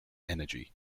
energy